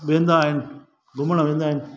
वेंदा आहिनि घुमण वेंदा आहिनि